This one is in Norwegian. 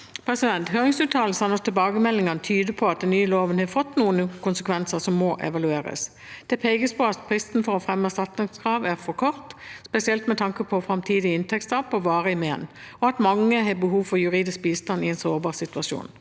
korrigert.» Høringsuttalelsene og tilbakemeldingene tyder på at den nye loven har fått noen konsekvenser som må evalueres. Det pekes på at fristen for å fremme erstatningskrav er for kort, spesielt med tanke på framtidig inntektstap og varige men, og at mange har behov for juridisk bistand i en sårbar situasjon.